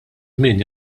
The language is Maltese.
żmien